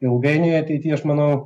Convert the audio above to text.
ilgainiui ateity aš manau